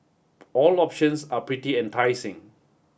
all options are pretty enticing